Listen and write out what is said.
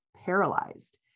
paralyzed